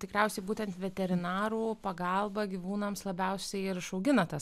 tikriausiai būtent veterinarų pagalba gyvūnams labiausiai ir išauginote